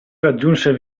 raggiunse